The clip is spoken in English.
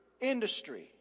industry